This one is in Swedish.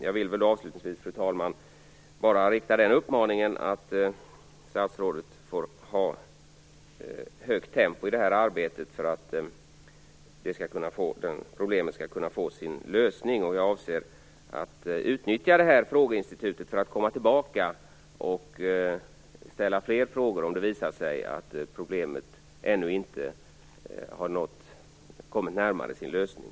Jag vill avslutningsvis, fru talman, rikta en uppmaning till statsrådet om att hålla ett högt tempo i det här arbetet för att problemet skall kunna lösas. Jag avser att utnyttja det här frågeinstitutet för att komma tillbaka och ställa fler frågor om det senare visar sig att problemet ännu inte har kommit närmare sin lösning.